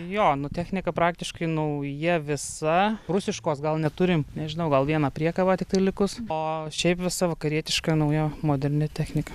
jo nu technika praktiškai nauja visa rusiškos gal neturim nežinau gal viena priekaba tiktai likus o šiaip visa vakarietiška nauja moderni technika